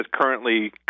currently